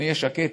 שאני אהיה שקט,